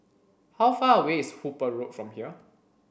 how far away is Hooper Road from here